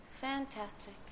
Fantastic